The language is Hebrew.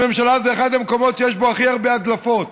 הממשלה היא מהמקומות שיש בהם הכי הרבה הדלפות.